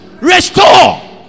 Restore